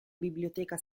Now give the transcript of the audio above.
biblioteca